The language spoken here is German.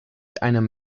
einem